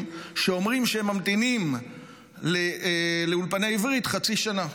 שאומרים שהם ממתינים לאולפני עברית חצי שנה?